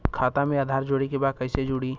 खाता में आधार जोड़े के बा कैसे जुड़ी?